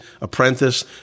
Apprentice